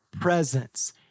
presence